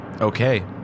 Okay